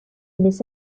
miss